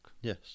Yes